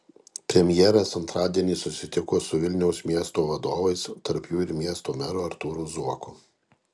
premjeras antradienį susitiko su vilniaus miesto vadovais tarp jų ir miesto meru artūru zuoku